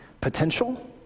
potential